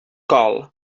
col